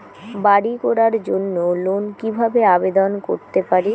বাড়ি করার জন্য লোন কিভাবে আবেদন করতে পারি?